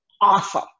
awesome